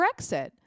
Brexit